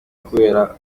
kubera